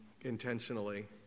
intentionally